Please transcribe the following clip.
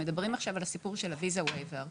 מדברים עכשיו על Visa Waiver לארה"ב,